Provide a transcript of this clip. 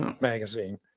magazine